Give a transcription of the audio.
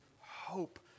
hope